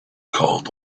called